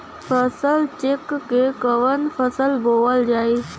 फसल चेकं से कवन फसल बोवल जाई?